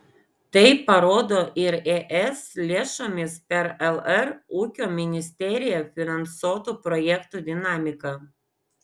tai parodo ir es lėšomis per lr ūkio ministeriją finansuotų projektų dinamika